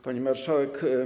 Pani Marszałek!